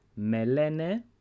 Melene